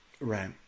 Right